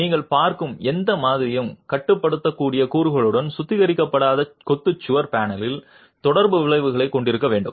நீங்கள் பார்க்கும் எந்த மாதிரியும் கட்டுப்படுத்தக்கூடிய கூறுகளுடன் சுத்திகரிக்கப்படாத கொத்து சுவர் பேனலின் தொடர்பு விளைவுகளைக் கொண்டிருக்க வேண்டும்